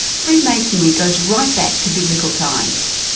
freemasonry goes right back to biblical times.